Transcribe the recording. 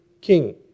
king